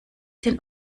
den